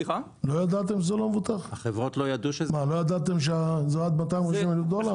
מה, לא ידעתם שזה עד 250 אלף דולר?